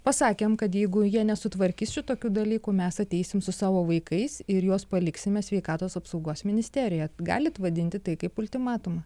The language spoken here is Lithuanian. pasakėm kad jeigu jie nesutvarkys čia tokių dalykų mes ateisim su savo vaikais ir juos paliksime sveikatos apsaugos ministerijoj galit vadinti tai kaip ultimatumą